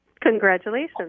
Congratulations